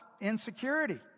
insecurity